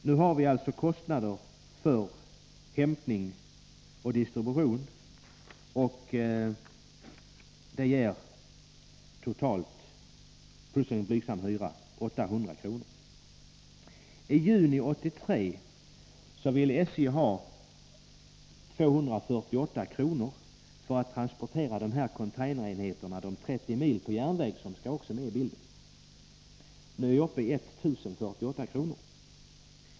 Nu har vi alltså kostnader för hämtning, distribution plus en blygsam hyra på totalt 800 kr. I juni 1983 ville SJ ha 248 kr. för att transportera dessa containerenheter 30 mil på järnväg, och det skall också tas med i bilden. Nu är vi uppe i 1048 kr.